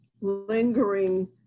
lingering